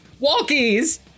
Walkies